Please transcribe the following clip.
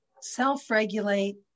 self-regulate